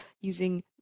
using